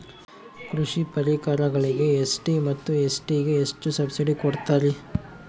ಕೃಷಿ ಪರಿಕರಗಳಿಗೆ ಎಸ್.ಸಿ ಮತ್ತು ಎಸ್.ಟಿ ಗೆ ಎಷ್ಟು ಸಬ್ಸಿಡಿ ಕೊಡುತ್ತಾರ್ರಿ?